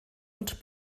und